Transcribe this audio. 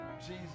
Jesus